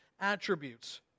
attributes